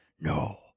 no